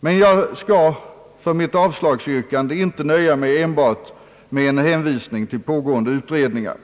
Men jag skall för mitt avslagsyrkande inte nöja mig med att enbart hänvisa till pågående utredningar.